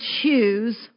choose